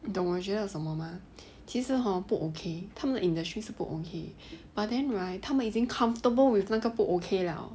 懂我觉得什么吗其实 hor 不 okay 他们 industry 是不 okay but then right 他们已经 comfortable with 那个不 okay liao